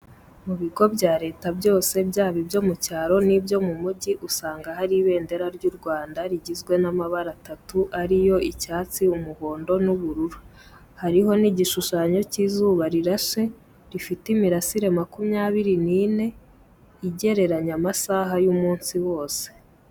Mu bigo bya Leta byose, byaba ibyo mu cyaro n'ibyo mu mugi, usanga hari ibendera ry'u Rwanda, rigizwe n'amabara atatu ariyo, icyatsi, umuhondo n'ubururu; hariho n'igishushanyo cy'izuba rirashe, rifite imirasire makumyabiri n'ine, igereranya amasaha y'umunsi wose.